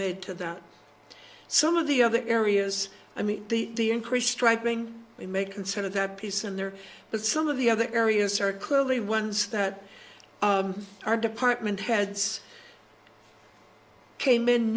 made to that some of the other areas i mean the the increase striping we may consider that piece in there but some of the other areas are clearly ones that our department heads came in